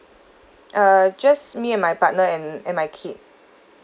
err just me and my partner and and my kid